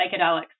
psychedelics